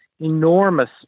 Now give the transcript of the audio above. enormous